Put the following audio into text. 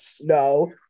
No